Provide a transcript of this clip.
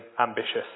ambitious